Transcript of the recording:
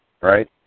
right